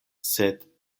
sed